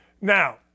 Now